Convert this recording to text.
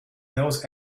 knows